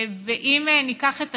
ואם ניקח את השנה,